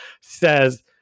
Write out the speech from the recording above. says